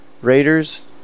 Raiders